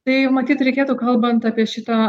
tai matyt reikėtų kalbant apie šitą